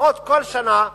לפחות כל שנה,